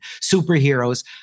superheroes